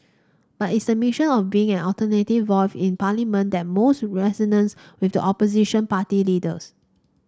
but it's the mission of being an alternative voice in Parliament that most resonates with the opposition party leaders